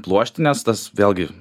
pluoštines tas vėlgi